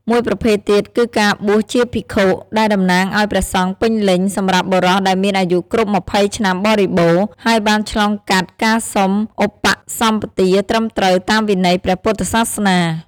មួយប្រភេទទៀតគឺការបួសជាភិក្ខុ ដែលតំណាងអោយ ព្រះសង្ឃពេញលេញ សម្រាប់បុរសដែលមានអាយុគ្រប់ ២០ ឆ្នាំបរិបូរណ៍ ហើយបានឆ្លងកាត់ការសុំឧបសម្បទាត្រឹមត្រូវតាមវិន័យព្រះពុទ្ធសាសនា។